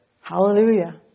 Hallelujah